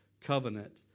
covenant